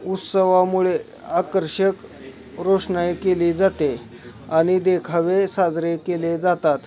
उत्सवामुळे आकर्षक रोषणाई केली जाते आहे आणि देखावे साजरे केले जातात